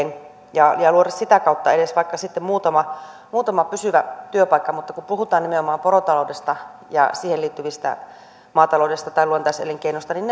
ja ja luoda sitä kautta edes vaikka sitten muutama muutama pysyvä työpaikka mutta kun puhutaan nimenomaan porotaloudesta ja siihen liittyvistä maataloudesta ja luontaiselinkeinoista niin